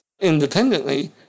independently